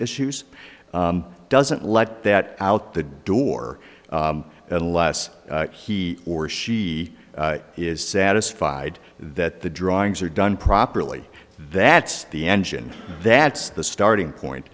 issues doesn't let that out the door unless he or she is satisfied that the drawings are done properly that's the engine that's the starting point